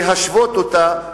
להשוות אותה,